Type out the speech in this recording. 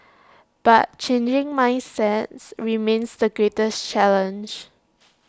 but changing mindsets remains the greatest challenge